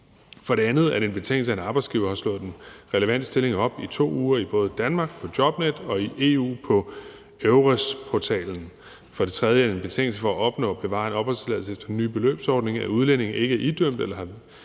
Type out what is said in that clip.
For det andet er det en betingelse, at en arbejdsgiver har slået den relevante stilling op i 2 uger i både Danmark på Jobnet og i EU på EURES-portalen. For det tredje er det en betingelse for at opnå at bevare en opholdstilladelse efter den nye beløbsordning, at udlændingen ikke er idømt eller har vedtaget